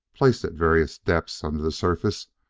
placed at various depths under the surface,